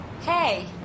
Hey